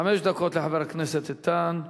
חמש דקות לחבר הכנסת איתן כבל.